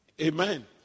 Amen